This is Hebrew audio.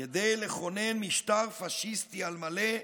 כדי לכונן משטר פשיסטי על מלא,